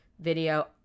video